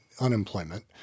unemployment